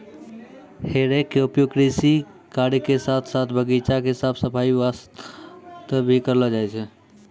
हे रेक के उपयोग कृषि कार्य के साथॅ साथॅ बगीचा के साफ सफाई वास्तॅ भी करलो जाय छै